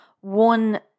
one